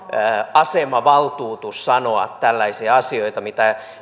asemavaltuutus sanoa tällaisia asioita mitä